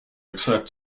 accept